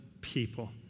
people